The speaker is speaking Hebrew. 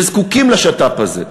שזקוקים לשת"פ הזה,